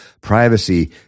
privacy